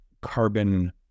carbon